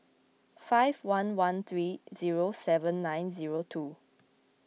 five one one three zero seven nine zero two